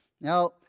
Now